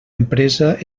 empresa